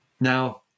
Now